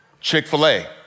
Chick-fil-A